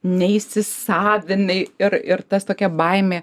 neįsisavinai ir ir tas tokia baimė